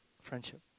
friendship